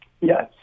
Yes